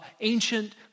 ancient